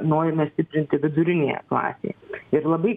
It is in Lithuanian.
norime stiprinti viduriniąją klasei ir labai